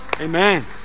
Amen